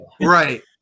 Right